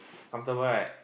comfortable right